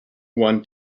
won